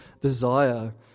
desire